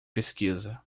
pesquisa